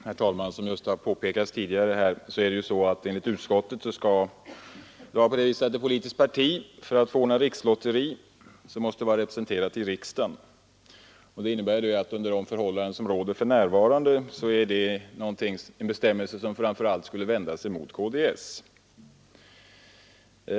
Herr talman! Som nyss har påpekats skall det enligt utskottsmajoriteten vara så att ett politiskt parti för att få ordna rikslotteri måste vara representerat i riksdagen. Denna bestämmelse vänder sig under nu rådande förhållanden framför allt mot KDS.